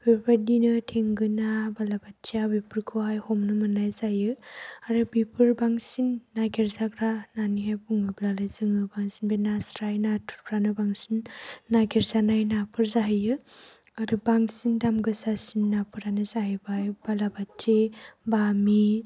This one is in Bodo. बेफोरबायदिनो थेंगोना बालाबाथिया बेफोरखौहाय हमनो मोननाय जायो आरो बेफोर बांसिन नागिर जाग्रा होननानैहाय बुङोब्लालाय जोङो बांसिन बे नास्राय नाथुरफोरानो बांसिन नागिर जानाय नाफोर जाहैयो आरो बांसिन दाम गोसासिन नाफोरानो जाहैबाय बालाबाथिया बामि